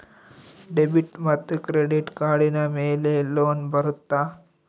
Debit ಮತ್ತು credit ಕಾರ್ಡಿನ ಮೇಲೆ ಲೋನ್ ಬರುತ್ತಾ?